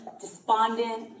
despondent